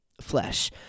flesh